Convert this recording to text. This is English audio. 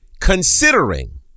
considering